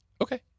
Okay